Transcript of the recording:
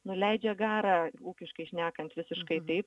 nuleidžia garą ūkiškai šnekant visiškai taip